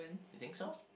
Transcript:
you think so